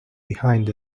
behind